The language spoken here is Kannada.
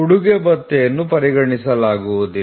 ಸವೆತದ ಭತ್ಯೆಯನ್ನು ಪರಿಗಣಿಸಲಾಗುವುದಿಲ್ಲ